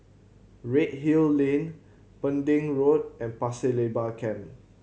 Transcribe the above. Redhill Lane Pending Road and Pasir Laba Camp